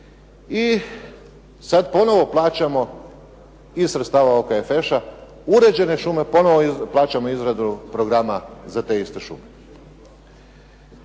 i sad ponovo plaćamo iz sredstava OKFŠ-a, uređene šume ponovo plaćamo izradu plaćamo izradu programa za te iste ume.